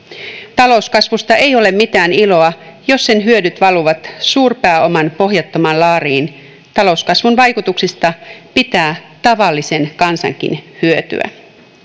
talouskasvusta ei ole mitään iloa jos sen hyödyt valuvat suurpääoman pohjattomaan laariin talouskasvun vaikutuksista pitää tavallisen kansankin hyötyä